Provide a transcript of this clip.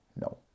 No